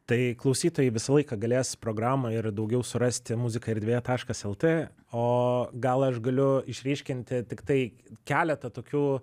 tai klausytojai visą laiką galės programą ir daugiau surasti muzika erdvėje taškas lt o gal aš galiu išryškinti tiktai keletą tokių